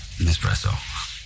espresso